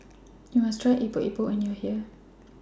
YOU must Try Epok Epok when YOU Are here